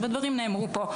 הדברים נאמרו פה,